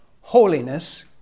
Holiness